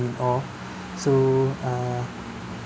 in awe so err